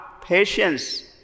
patience